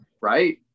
Right